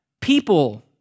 People